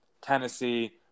Tennessee